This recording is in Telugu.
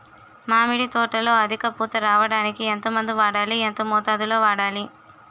మామిడి తోటలో అధిక పూత రావడానికి ఎంత మందు వాడాలి? ఎంత మోతాదు లో వాడాలి?